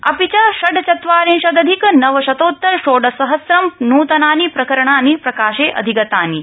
अपि च षड्चत्वारिशदधिकनवशतोत्तर षोडशसहस्रं नूतनानि प्रकरणानि प्रकाशे अधिगतानि इति